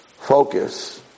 Focus